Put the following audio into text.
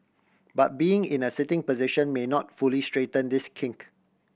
but being in a sitting position may not fully straighten this kink